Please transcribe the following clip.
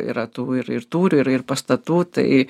yra tų ir ir tūrių ir ir pastatų tai